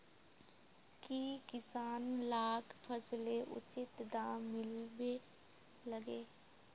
की किसान लाक फसलेर उचित दाम मिलबे लगे?